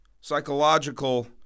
psychological